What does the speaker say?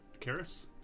Karis